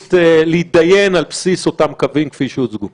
יכולת להידיין על בסיס אותם קווים כפי שהוצגו?